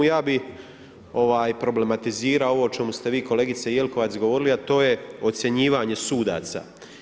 Ja bih problematizirao ovo o čemu ste vi kolegice Jelkovac govorili, a to je ocjenjivanje sudaca.